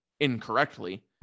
incorrectly